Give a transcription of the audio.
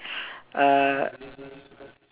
uh